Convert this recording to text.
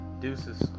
Deuces